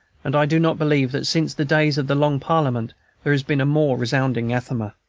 and i do not believe that since the days of the long parliament there has been a more resounding anathema.